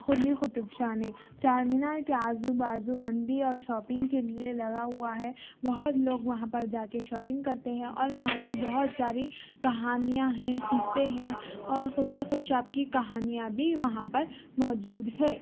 قلی قطب شاہ نے چارمینار کے آزوبازو منڈی اور شاپنگ کے لیے لگا ہوا ہے بہت لوگ وہاں پہ جا کے شاپنگ کرتے ہیں اور وہاں کی بہت ساری کہانیاں ہیں قصے ہیں اور قلی قطب شاہ کی کہانیاں بھی وہاں پر موجود ہے